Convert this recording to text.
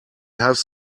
have